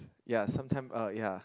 ya sometime uh ya